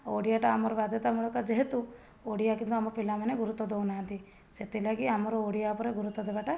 ଓଡ଼ିଆଟା ଆମର ବାଧ୍ୟତାମୂଳକ ଯେହେତୁ ଓଡ଼ିଆ କିନ୍ତୁ ଆମ ପିଲାମାନେ ଗୁରୁତ୍ୱ ଦେଉନାହାନ୍ତି ସେଥିଲାଗି ଆମର ଓଡ଼ିଆ ଉପରେ ଗୁରୁତ୍ଵ ଦେବାଟା